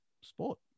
Sport